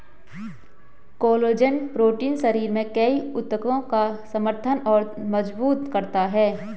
collagen protein शरीर में कई ऊतकों का समर्थन और मजबूत करता है